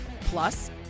Plus